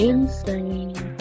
Insane